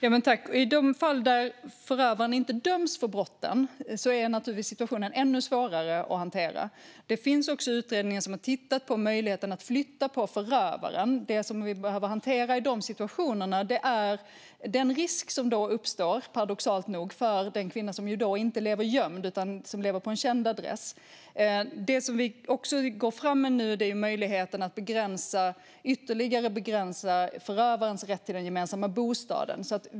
Herr talman! I de fall där förövarna inte döms för brotten är naturligtvis situationen ännu svårare att hantera. Det finns också utredningar som har tittat på möjligheten att flytta på förövaren. Det som vi behöver hantera i de situationerna är den risk som då paradoxalt nog uppstår för den kvinna som inte lever gömd utan lever på en känd adress. Det som vi också går fram med nu är möjligheten att ytterligare begränsa förövarens rätt till den gemensamma bostaden.